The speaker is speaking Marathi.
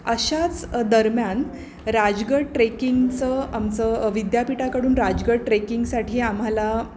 अशाच दरम्यान राजगड ट्रेकिंगचं आमचं विद्यापीठाकडून राजगड ट्रेकिंगसाठी आम्हाला